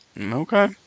Okay